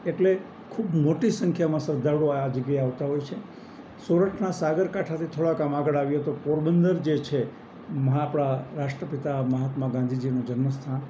એટલે ખૂબ મોટી સંખ્યામાં શ્રદ્ધાળુઓ આ જગ્યાએ આવતા હોય છે સોરઠના સાગરકાંઠાથી થોડાક આમ આગળ આવીએ તો પોરબંદર જે છે આપણા રાષ્ટ્રપિતા મહાત્મા ગાંધીજીનું જન્મ સ્થાન